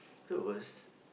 so it was